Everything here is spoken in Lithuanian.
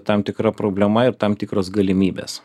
tam tikra problema ir tam tikros galimybės